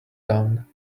down